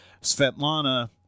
Svetlana